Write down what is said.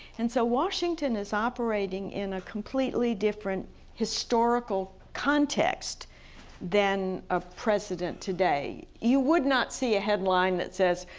and so washington is operating in a completely different historical context than a president today. you would not see a headline that says,